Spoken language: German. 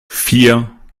vier